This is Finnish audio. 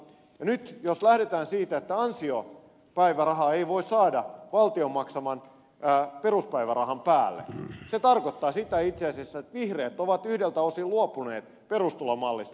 nyt jos lähdetään siitä että ansiopäivärahaa ei voi saada valtion maksaman peruspäivärahan päälle se tarkoittaa sitä itse asiassa että vihreät ovat yhdeltä osin luopuneet perustulomallista